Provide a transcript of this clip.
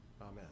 Amen